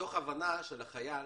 מתוך הבנה שלחייל